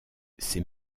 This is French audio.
ces